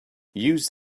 use